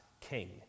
king